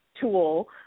tool